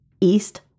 east